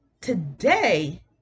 today